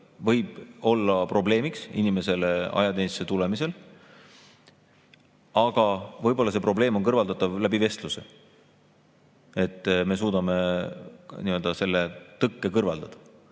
võib olla probleemiks inimese ajateenistusse tulemisel, aga võib-olla see probleem on kõrvaldatav vestluse abil, et me suudame selle tõkke kõrvaldada.